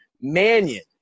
Mannion